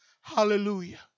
Hallelujah